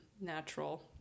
natural